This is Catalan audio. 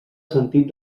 sentit